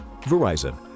Verizon